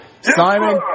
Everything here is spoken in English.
Simon